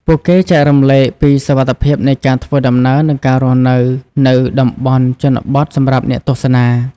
ពួកគេចែករំលែកពីសុវត្ថិភាពនៃការធ្វើដំណើរនិងការរស់នៅ នៅតំបន់ជនបទសម្រាប់អ្នកទស្សនា។